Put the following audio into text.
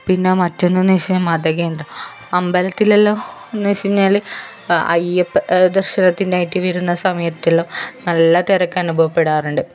പിന്നെ മറ്റൊന്ന് എന്നു വച്ചാൽ മത കേന്ദ്രമാണ് അമ്പലത്തിലെല്ലാം എന്നു വച്ച് കഴിഞ്ഞാൽ അയ്യപ്പ ദർശനത്തിനായിട്ട് വരുന്ന സമയത്തെല്ലാം നല്ല തിരക്കനുഭവിക്കപ്പെടാറുണ്ട്